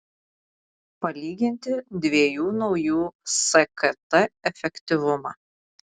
palyginti dviejų naujų skt efektyvumą